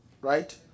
right